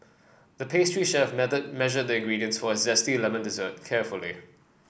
the pastry chef measured the ingredients for a zesty lemon dessert carefully